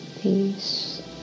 peace